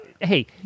hey